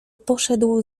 poszedł